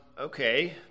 Okay